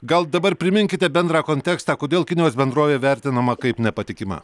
gal dabar priminkite bendrą kontekstą kodėl kinijos bendrovė vertinama kaip nepatikima